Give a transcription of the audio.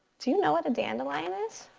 do you know what a dandelion is?